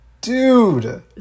Dude